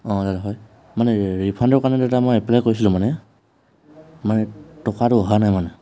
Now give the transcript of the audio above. অঁ দাদা হয় মানে ৰিফাণ্ডৰ কাৰণে দাদা এপ্লাই কৰিছিলোঁ মানে মানে টকাটো অহা নাই মানে